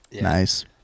Nice